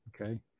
okay